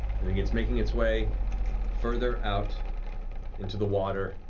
and begins making its way further out into the water,